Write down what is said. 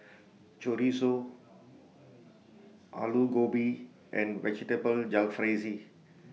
Chorizo Alu Gobi and Vegetable Jalfrezi